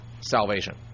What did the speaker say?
salvation